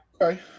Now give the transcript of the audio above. Okay